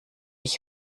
ich